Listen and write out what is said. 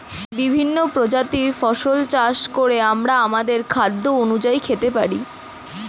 বিভিন্ন প্রজাতির ফসল চাষ করে আমরা আমাদের স্বাস্থ্য অনুযায়ী খেতে পারি